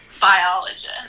biologist